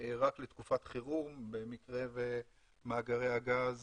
רק לתקופת חירום, במקרה שמאגרי הגז